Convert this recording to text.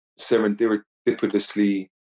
serendipitously